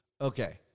okay